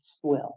swill